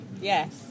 Yes